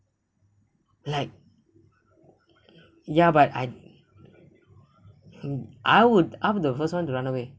like ya but I I would the first one to run away